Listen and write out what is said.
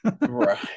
right